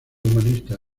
humanista